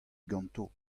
ganto